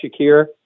Shakir